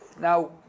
Now